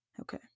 okay